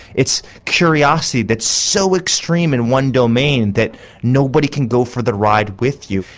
it's curiosity that's so extreme in one domain that nobody can go for the ride with you,